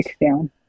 down